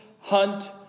Hunt